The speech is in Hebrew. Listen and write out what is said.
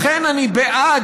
לכן אני בעד,